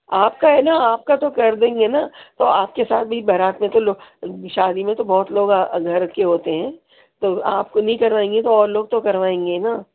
آپ کا ہے نا آپ کا تو کر دیں گے نا تو آپ کے ساتھ بھی بارات میں تو لوگ شادی میں تو بہت لوگ گھر کے ہوتے ہیں تو آپ کو نہیں کروائیں گے تو اور لوگ تو کروائیں گے نا